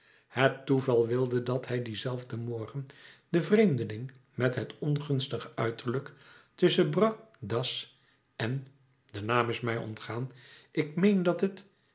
het toeval wilde dat hij dien zelfden morgen den vreemdeling met het ongunstige uiterlijk tusschen bras d'asse en de naam is mij ontgaan ik meen dat t